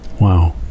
Wow